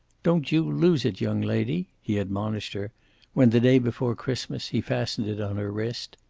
don't you lose it, young lady! he admonished her when, the day before christmas, he fastened it on her wrist.